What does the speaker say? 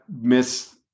miss